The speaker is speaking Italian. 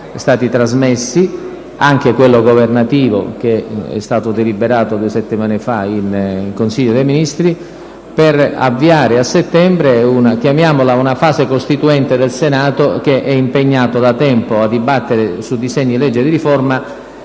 stati trasmessi, anche quello governativo che è stato deliberato due settimane fa in Consiglio dei ministri, per avviare a settembre una fase che chiamiamo costituente del Senato, che è impegnato da tempo a dibattere su disegni di legge di riforma.